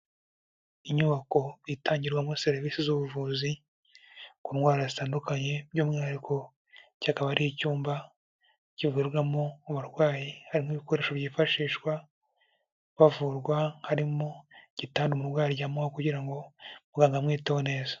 Inyubako itangirwamo serivisi z'ubuvuzi ku ndwara zitandukanye, by'umwihariko iki akaba ari icyumba kivurwamo abarwayi, harimo ibikoresho byifashishwa bavurwa, harimo igitanda umurwayi aryamaho kugira ngo muganga amwiteho neza.